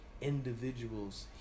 individuals